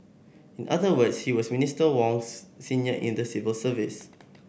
in other words he was Minister Wong's senior in the civil service